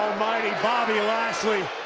mighty, bobby lashley.